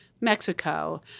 Mexico